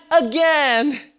again